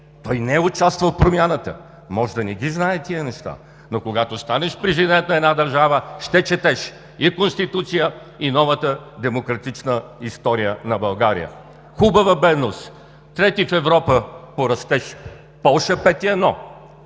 Той не е участвал в промяната, може да не ги знае тези неща, но когато станеш президент на една държава, ще четеш – и Конституцията, и новата демократична история на България. Хубава бедност – трети в Европа по растеж. Полша – 4,7;